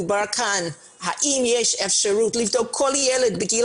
מדובר כאן על האם יש אפשרות לבדוק כל ילד בגיל